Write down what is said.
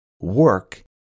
Work